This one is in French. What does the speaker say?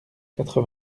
quatre